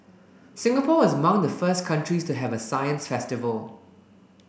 Singapore was among the first countries to have a science festival